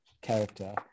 character